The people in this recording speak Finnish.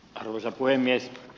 arvoisa puhemies